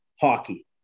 hockey